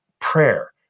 prayer